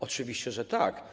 Oczywiście, że tak.